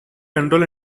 control